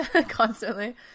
constantly